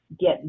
get